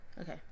Okay